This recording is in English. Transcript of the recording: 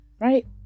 right